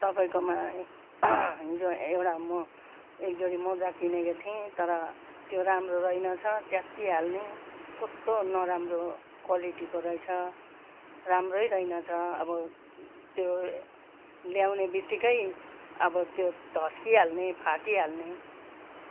तपाईँकोमा हिजो एउटा म एकजोडी मोजा किनेको थिएँ तर त्यो राम्रो रहेनछ च्यातिहाल्ने कस्तो नराम्रो क्वालिटीको रहेछ राम्रै रहेनछ अब त्यो ल्याउने बित्तिकै अब त्यो धस्किहाल्ने फाटिहाल्ने